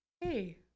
Hey